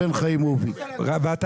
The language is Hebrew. חיים עובד.